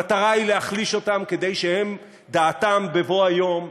המטרה היא להחליש אותם כדי שהם, דעתם בבוא היום,